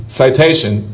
citation